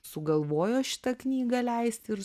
sugalvojo šitą knygą leist ir